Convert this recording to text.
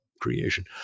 creation